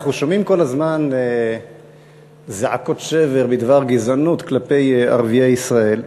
אנחנו שומעים כל הזמן זעקות שבר בדבר גזענות כלפי ערביי ישראל.